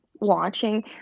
watching